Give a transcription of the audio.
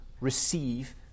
receive